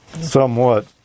somewhat